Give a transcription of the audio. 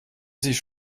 sich